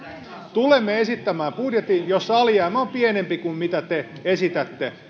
tulemme esittämään budjetin jossa alijäämä on pienempi kuin mitä te esitätte